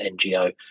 NGO